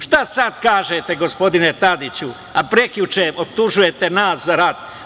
Šta sad kažete gospodine Tadiću, a prekjuče optužujete za rat.